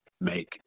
make